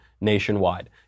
nationwide